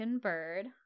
bird